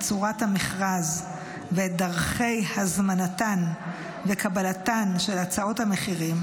צורת המכרז ואת דרכי הזמנתן וקבלתן של הצעות המחירים,